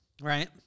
right